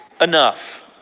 enough